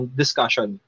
discussion